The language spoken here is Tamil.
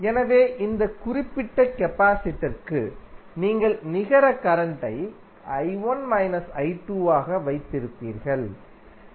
எனவே இந்த குறிப்பிட்ட கபாசிடருக்கு நீங்கள் நிகர கரண்ட்டை I1 I2 ஆக வைத்திருப்பீர்கள்